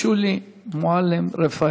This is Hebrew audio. אתם לא חלק מהבית הלאומי כאן,